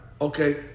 Okay